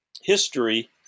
history